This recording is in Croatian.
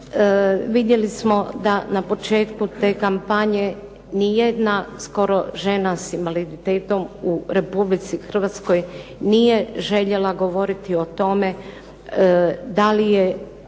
Vidjeli smo da na početku te kampanje nijedna skoro žena s invaliditetom u Republici Hrvatskoj nije željela govoriti o tome da li je